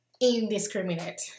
indiscriminate